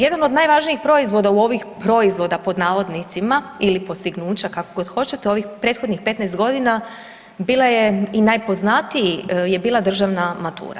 Jedan od najvažnijih proizvoda u ovih, proizvoda pod navodnicima ili postignuća kako god hoćete, ovih prethodnih 15.g. bila je i najpoznatiji je bila državna matura.